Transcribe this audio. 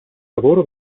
lavoro